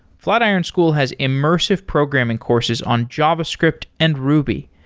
flatiron school has immersive programming courses on javascript and ruby,